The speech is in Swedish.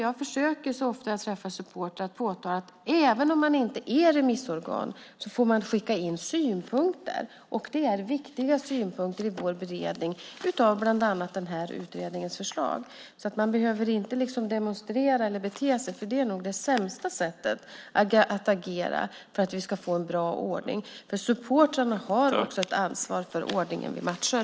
Jag försöker så ofta jag träffar supportrar att påtala att även om man inte är remissorgan får man skicka in synpunkter, och det är viktiga synpunkter i vår beredning av bland annat den här utredningens förslag. Man behöver liksom inte demonstrera eller bete sig, för det är nog det sämsta sättet att agera för att vi ska få en bra ordning. Supportrarna har också ett ansvar för ordningen vid matcher.